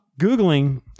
Googling